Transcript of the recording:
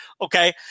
Okay